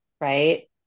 right